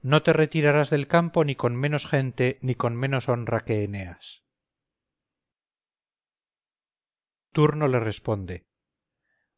no te retirarás del campo ni con menos gente ni con menos honra que eneas turno le responde